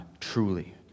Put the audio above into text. truly